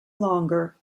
longer